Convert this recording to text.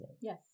Yes